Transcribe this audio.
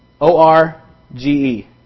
O-R-G-E